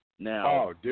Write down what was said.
Now